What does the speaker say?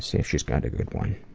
so if she's got a good one.